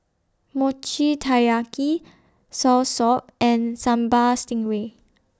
Mochi Taiyaki Soursop and Sambal Stingray